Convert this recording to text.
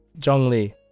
Zhongli